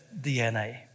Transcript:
DNA